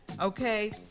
okay